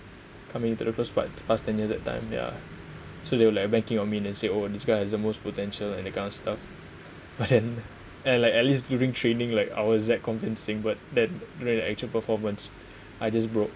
coming to the first but past ten years that time ya so they were like banking on me then said oh this guy has the most potential and that kind of stuff but then and like at least during training like I was that convincing but then during the actual performance I just broke